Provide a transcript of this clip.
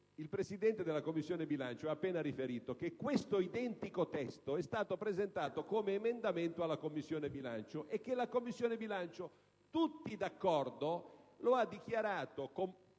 il Presidente della Commissione bilancio ha appena riferito che questo identico testo è stato presentato come emendamento alla Commissione bilancio e che questa unanimemente lo ha dichiarato